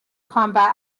combat